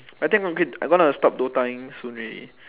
I think I'm gonna q~ I'm gonna stop DOTAing soon already